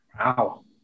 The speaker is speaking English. Wow